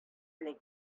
белән